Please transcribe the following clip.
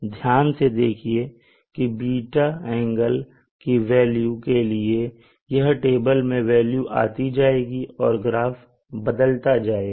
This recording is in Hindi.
ध्यान से देखिए की ß एंगल की हर वेल्यू के लिए यह टेबल में वेल्यू आती जाएंगी और ग्राफ बदलता जाएगा